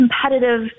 competitive